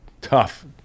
tough